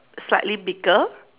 slightly bigger